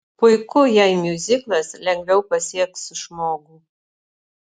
puiku jei miuziklas lengviau pasieks žmogų